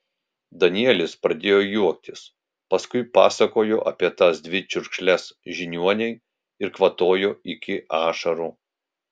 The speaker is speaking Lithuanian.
danielis pradėjo juoktis paskui pasakojo apie tas dvi čiurkšles žiniuonei ir kvatojo iki ašarų